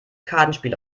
kartenspiel